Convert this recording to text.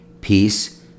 peace